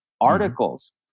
articles